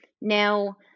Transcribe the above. Now